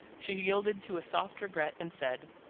she yielded to a soft regret, and said,